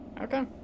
Okay